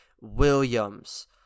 williams